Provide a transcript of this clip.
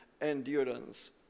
endurance